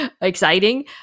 exciting